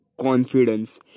confidence